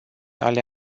ale